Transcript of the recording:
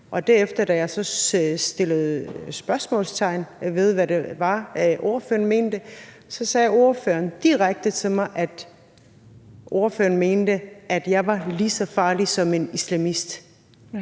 derefter satte spørgsmålstegn ved, hvad det var, ordføreren mente, så sagde ordføreren direkte til mig, at ordføreren mente, at jeg var lige så farlig som en islamist. Jeg